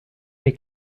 dei